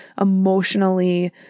emotionally